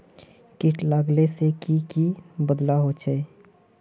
किट लगाले से की की बदलाव होचए?